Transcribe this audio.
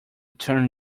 turn